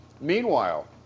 Meanwhile